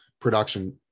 production